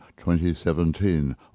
2017